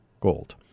Gold